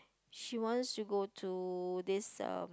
she wants to go to this uh